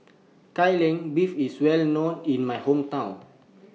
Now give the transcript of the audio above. Kai Lan Beef IS Well known in My Hometown